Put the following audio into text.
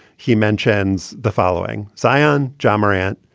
he mentions the following so ah sian jamarat,